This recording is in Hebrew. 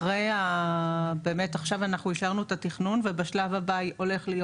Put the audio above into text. אחרי באמת עכשיו אנחנו אישרנו את התכנון ובשלב הבא הולך להיות